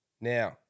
Now